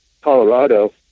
Colorado